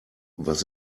was